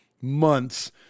months